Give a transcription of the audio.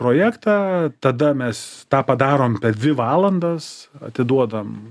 projektą tada mes tą padarom per dvi valandas atiduodam